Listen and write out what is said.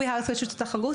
טובי הריס מרשות התחרות.